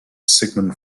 sigmund